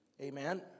Amen